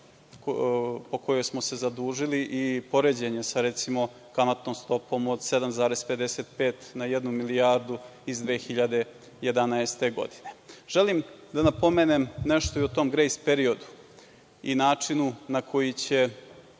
po kojoj smo se zadužili i poređenje sa, recimo, kamatnom stopom od 7,55% na jednu milijardu iz 2011. godine. Želim da napomenem nešto i o tom grejs periodu i načinu na koji će